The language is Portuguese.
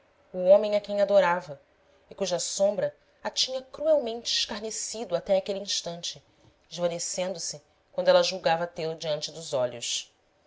o homem a quem adorava e cuja sombra a tinha cruelmente escarnecido até àquele instante esvanecendo se quando ela julgava tê-lo diante dos olhos